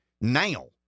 now